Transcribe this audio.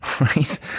right